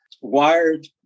wired